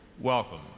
Welcome